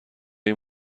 این